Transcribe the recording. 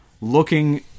looking